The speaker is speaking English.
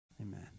Amen